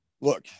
look